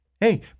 hey